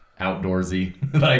outdoorsy